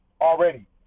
already